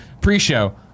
Pre-show